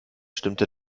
stimmte